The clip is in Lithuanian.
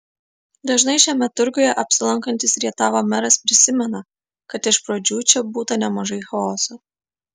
dažnai šiame turguje apsilankantis rietavo meras prisimena kad iš pradžių čia būta nemažai chaoso